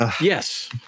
Yes